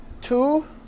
Two